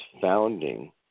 founding